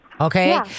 Okay